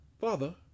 Father